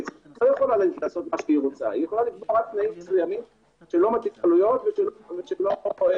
אני רוצה לדבר על סעיף ב1 בעמ' 10 ועל סעיף 1 בעמ' 3. כבר בעמ'